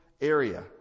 area